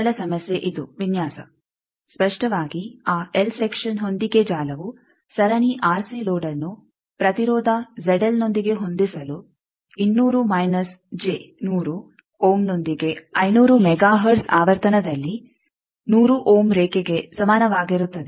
ಮೊದಲ ಸಮಸ್ಯೆ ಇದು ವಿನ್ಯಾಸ ಸ್ಪಷ್ಟವಾಗಿ ಆ ಎಲ್ ಸೆಕ್ಷನ್ ಹೊಂದಿಕೆ ಜಾಲವು ಸರಣಿ ಆರ್ಸಿ ಲೋಡ್ಅನ್ನು ಪ್ರತಿರೋಧ ನೊಂದಿಗೆ ಹೊಂದಿಸಲು 200 ಮೈನಸ್ ಜೆ 100 ಓಮ್ನೊಂದಿಗೆ 500 ಮೆಗಾ ಹರ್ಟ್ಜ್ ಆವರ್ತನದಲ್ಲಿ 100 ಓಮ್ ರೇಖೆಗೆ ಸಮಾನವಾಗಿರುತ್ತದೆ